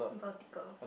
vertical